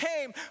came